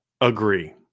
Agree